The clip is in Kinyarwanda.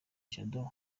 jado